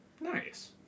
Nice